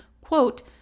quote